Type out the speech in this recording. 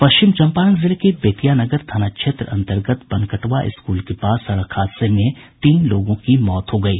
पश्चिम चंपारण जिले के बेतिया नगर थाना क्षेत्र अंतर्गत बनकटवा स्कूल के पास सड़क हादसे में तीन लोगों की मौत हो गयी